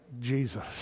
Jesus